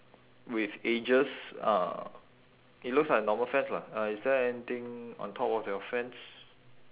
with edges uh it looks like a normal fence lah uh is there anything on top of your fence